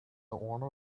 owner